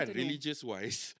religious-wise